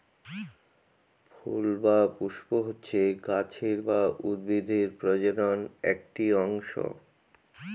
ফুল বা পুস্প হচ্ছে গাছের বা উদ্ভিদের প্রজনন একটি অংশ